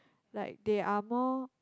like they are more